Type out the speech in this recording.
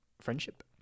friendship